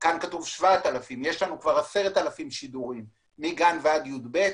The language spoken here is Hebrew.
יש כבר 10,000 שידורים מגן עד יב',